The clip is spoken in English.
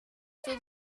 saw